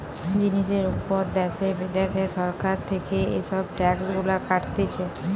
জিনিসের উপর দ্যাশে বিদ্যাশে সরকার থেকে এসব ট্যাক্স গুলা কাটতিছে